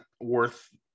worth